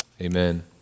Amen